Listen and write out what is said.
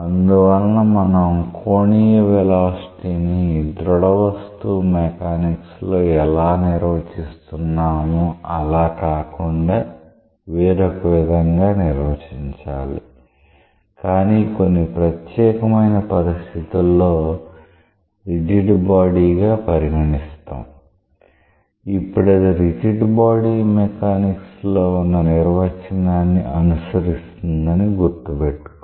అందువలన మనం కోణీయ వెలాసిటీ ని దృఢ వస్తువు మెకానిక్స్ లో ఎలా నిర్వచిస్తున్నామో అలా కాకుండా వేరొక విధంగా నిర్వచించాలి కానీ కొన్ని ప్రత్యేకమైన పరిస్థితుల్లో రిజిడ్ బాడీ గా పరిగణిస్తాం అప్పుడు అది రిజిడ్ బాడీ మెకానిక్స్ లో ఉన్న నిర్వచనాన్ని అనుసరిస్తుందని గుర్తుపెట్టుకోవాలి